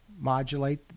modulate